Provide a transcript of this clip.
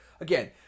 again